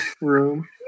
room